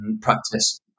practice